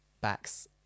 backs